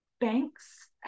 banks